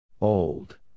Old